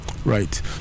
right